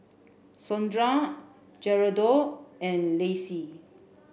Sondra Geraldo and Lacey